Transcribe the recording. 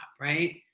right